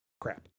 crap